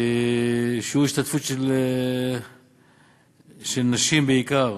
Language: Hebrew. שיעור ההשתתפות של נשים, בעיקר,